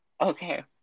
okay